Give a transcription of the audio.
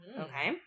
Okay